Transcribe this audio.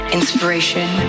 inspiration